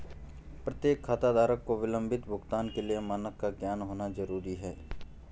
प्रत्येक खाताधारक को विलंबित भुगतान के लिए मानक का ज्ञान होना जरूरी है